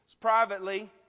privately